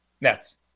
Nets